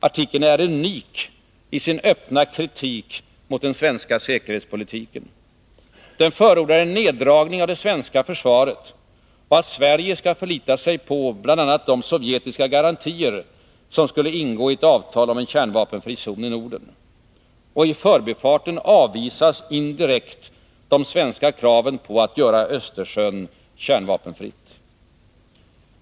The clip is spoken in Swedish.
Artikeln är unik i sin öppna kritik mot den svenska säkerhetspolitiken. Den förordar en neddragning av det svenska försvaret och att Sverige skall förlita sig på bl.a. de sovjetiska garantier som skulle ingå i ett avtal om en kärnvapenfri zon i Norden. I förbifarten avvisas indirekt de svenska kraven på att göra Östersjön kärnvapenfritt.